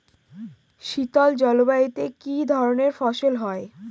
শীতল জলবায়ুতে কি ধরনের ফসল হয়?